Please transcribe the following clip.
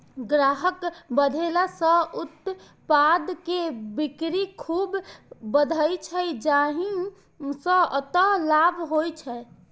ग्राहक बढ़ेला सं उत्पाद के बिक्री खूब बढ़ै छै, जाहि सं अंततः लाभ होइ छै